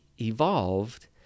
evolved